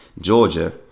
Georgia